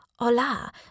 Hola